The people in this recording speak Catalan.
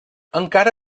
encara